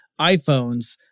iPhones